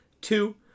Two